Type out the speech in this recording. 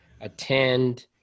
attend